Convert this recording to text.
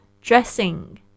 Dressing